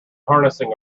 harnessing